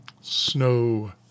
snow